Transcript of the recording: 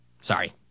Sorry